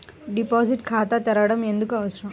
Deposit ఖాతా తెరవడం ఎందుకు అవసరం?